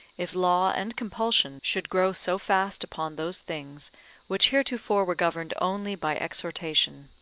if law and compulsion should grow so fast upon those things which heretofore were governed only by exhortation.